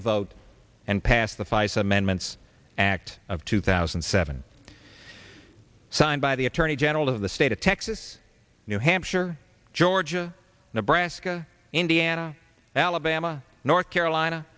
a vote and pass the feis amendments act of two thousand and seven signed by the attorney general of the state of texas new hampshire georgia nebraska indiana alabama north carolina